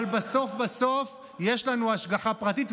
אבל בסוף בסוף יש לנו השגחה פרטית.